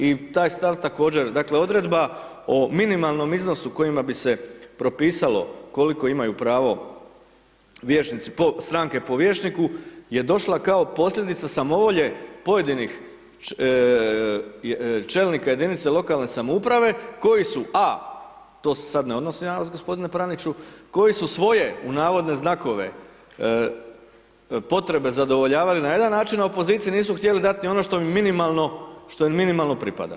I taj stav također, dakle odredba o minimalnom iznosu kojima bi se propisalo koliko imaju pravo vijećnici, stranke po vijećniku je došla kao posljedica samovolje pojedinih čelnika jedinice lokalne samouprave koji su a), to se sad ne odnosi na vas gospodine Praniću, koji su svoje u navodne znakove „potrebe zadovoljavali“ na jedan način a u opoziciji nisu htjeli dati ni ono što im minimalno, što im minimalno pripada.